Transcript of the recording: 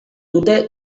dute